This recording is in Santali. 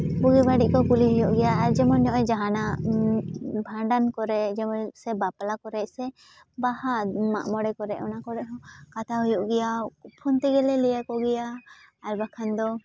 ᱵᱩᱜᱤ ᱵᱟᱹᱲᱤᱡ ᱠᱚ ᱠᱩᱞᱤ ᱦᱩᱭᱩᱜ ᱜᱮᱭᱟ ᱟᱨ ᱡᱮᱢᱚᱱ ᱱᱚᱜᱼᱚᱭ ᱡᱟᱦᱟᱱᱟᱜ ᱵᱷᱟᱸᱰᱟᱱ ᱠᱚᱨᱮ ᱡᱮᱢᱚᱱ ᱥᱮ ᱵᱟᱯᱞᱟ ᱠᱚᱨᱮᱜ ᱥᱮ ᱵᱟᱦᱟ ᱢᱟᱜ ᱢᱚᱬᱮ ᱠᱚᱨᱮ ᱚᱱᱟ ᱠᱚᱨᱮᱜ ᱦᱚᱸ ᱠᱟᱛᱷᱟ ᱦᱩᱭᱩᱜ ᱜᱮᱭᱟ ᱯᱷᱳᱱ ᱛᱮᱜᱮᱞᱮ ᱞᱟᱹᱭ ᱟᱠᱚ ᱜᱮᱭᱟ ᱟᱨ ᱵᱟᱠᱷᱟᱱ ᱫᱚ